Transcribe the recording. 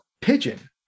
pigeon